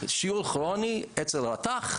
שיעול כרוני אצל רתך.